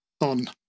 on